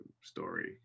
story